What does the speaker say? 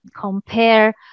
compare